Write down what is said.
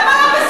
למה לא בסוריה?